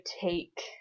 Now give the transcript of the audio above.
take